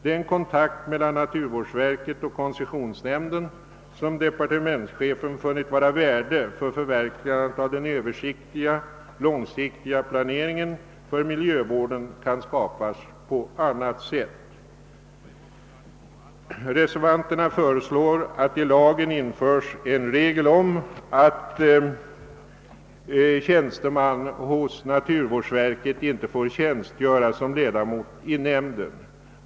Den kontakt mellan naturvårdsverket och koncessionsnämnden som departementschefen funnit vara av värde för förverkligandet av den översiktliga långsiktiga planeringen för miljövården kan skapas på annat sätt. Reservanterna föreslår att det i lagen införs en regel om att tjänsteman hos naturvårdsverket inte får tjänstgöra som ledamot av nämnden.